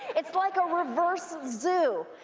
it's like a reverse zoo.